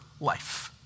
life